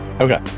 Okay